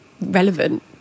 relevant